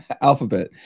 Alphabet